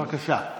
בבקשה.